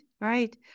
right